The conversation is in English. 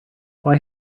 why